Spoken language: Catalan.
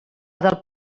del